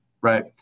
right